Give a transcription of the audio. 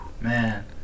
man